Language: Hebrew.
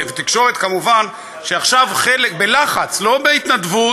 תקשורת, כמובן, כלכלה, פיתוח הנגב והגליל.